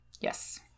Yes